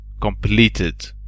completed